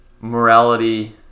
morality